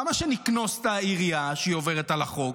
למה שנקנוס את העירייה שעוברת על החוק?